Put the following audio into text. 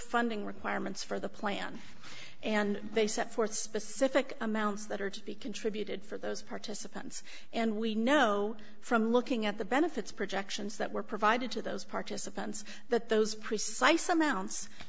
funding requirements for the plan and they set forth specific amounts that are to be contributed for those participants and we know from looking at the benefits projections that were provided to those participants that those precise amounts